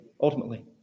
ultimately